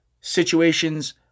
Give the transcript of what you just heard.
situations